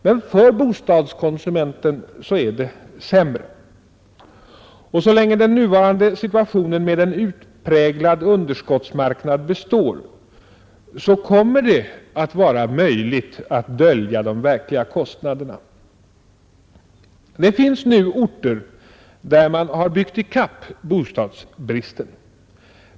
Men för bostadskonsumenten är det sämre, och så länge den nuvarande situationen med en utpräglad underskottsmarknad består kommer det att vara möjligt att dölja de verkliga kostnaderna. Det finns nu orter där man har byggt i kapp bostadsbristen.